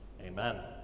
Amen